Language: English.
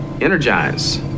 Energize